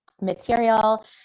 material